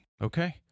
Okay